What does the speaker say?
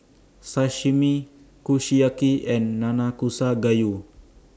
Sashimi Kushiyaki and Nanakusa Gayu